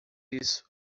isso